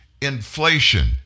Inflation